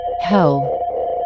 hell